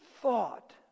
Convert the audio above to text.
thought